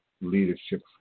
leadership